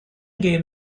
game